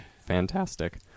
Fantastic